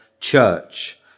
church